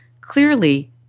Clearly